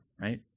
right